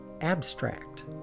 abstract